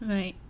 right